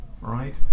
right